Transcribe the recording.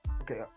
Okay